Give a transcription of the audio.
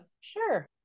sure